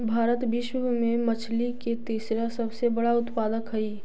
भारत विश्व में मछली के तीसरा सबसे बड़ा उत्पादक हई